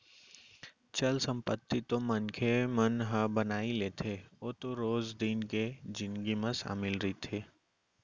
चल संपत्ति तो मनखे मन ह बनाई लेथे ओ तो रोज दिन के जिनगी म सामिल रहिथे